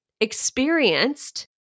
experienced